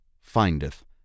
findeth